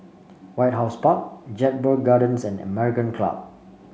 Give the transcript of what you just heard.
White House Park Jedburgh Gardens and American Club